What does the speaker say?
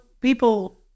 people